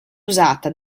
usata